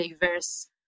diverse